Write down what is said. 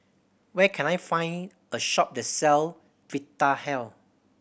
where can I find a shop that sell Vitahealth